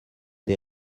des